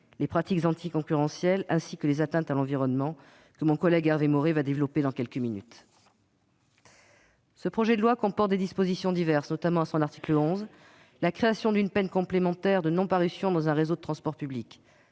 les pratiques anticoncurrentielles et les atteintes à l'environnement ; mon collègue Hervé Maurey développera ce dernier point dans quelques minutes. Ce projet de loi comporte enfin des dispositions diverses, notamment, à l'article 11, la création d'une peine complémentaire de « non-parution dans un réseau de transport public